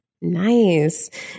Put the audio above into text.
Nice